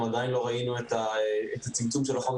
אנחנו עדיין לא ראינו את הצמצום של החומר